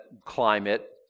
climate